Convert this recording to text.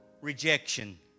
Rejection